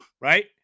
right